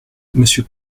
monsieur